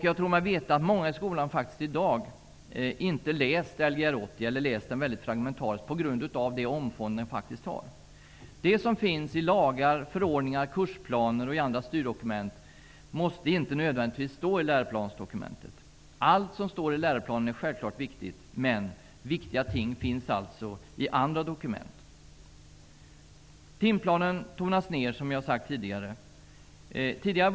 Jag tror mig veta att många i skolan i dag faktiskt inte har läst Lgr 80, eller läst den mycket fragmentariskt, på grund av det omfång den faktiskt har. Det som finns i lagar, förordningar, kursplaner och i andra styrdokument måste inte nödvändigtvis stå i läroplansdokumentet. Allt som står i läroplanen är självfallet viktigt, men viktiga ting finns alltså även i andra dokument. Timplanen tonas ned, som jag har sagt tidigare.